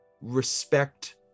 respect